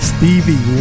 Stevie